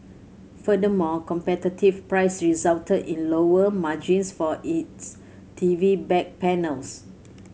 furthermore competitive price resulted in lower margins for its T V back panels